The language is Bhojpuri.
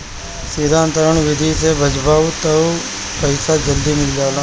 सीधा अंतरण विधि से भजबअ तअ पईसा जल्दी मिल जाला